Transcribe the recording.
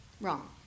Wrong